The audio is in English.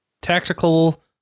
Tactical